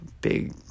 big